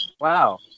wow